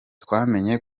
twamenye